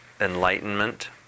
enlightenment